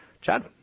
Chad